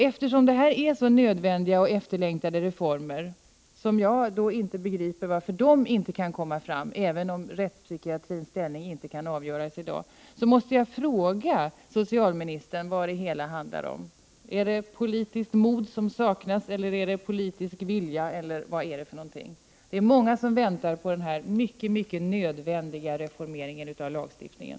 Eftersom reformerna är så angelägna och efterlängtade — jag begriper inte varför de inte kan genomföras, även om rättspsykiatrins ställning inte kan avgöras i dag — måste jag fråga socialministern: Vad handlar det hela om? Är det politiskt mod eller politisk vilja som saknas, eller vad kan det vara? Det är många som väntar på denna mycket nödvändiga reformering 7 av lagstiftningen.